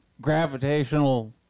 gravitational